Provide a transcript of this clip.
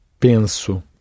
Penso